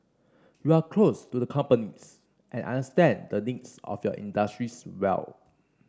you are close to the companies and understand the things of your industries well